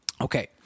Okay